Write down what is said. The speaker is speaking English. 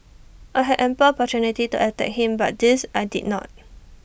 I had ample opportunity to attack him but this I did not